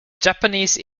japanese